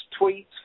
tweets